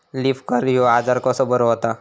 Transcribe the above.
Leaf curl ह्यो आजार कसो बरो व्हता?